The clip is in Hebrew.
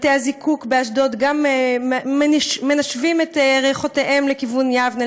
בתי-הזיקוק באשדוד גם מנשבים את ריחותיהם לכיוון יבנה,